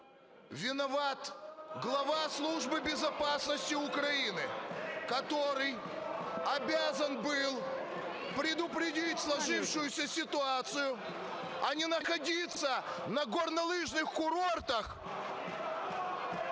Виноват Глава Службы безопасности Украины, который обязан был предупредить сложившуюся ситуацию, а не находится на горнолыжных курортах…